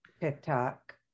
TikTok